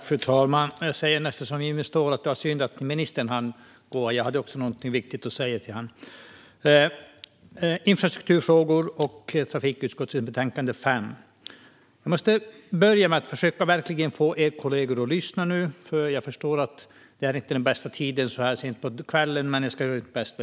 Fru talman! Jag säger som Jimmy Ståhl: Det var synd att ministern hann gå. Jag hade också någonting viktigt att säga till honom. Vi debatterar trafikutskottets betänkande TU5, Infrastrukturfrågor . Jag måste börja med att verkligen få er kollegor att lyssna nu. Jag förstår att det inte är den bästa tiden så här sent på kvällen, men jag ska göra mitt bästa.